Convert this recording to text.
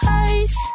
eyes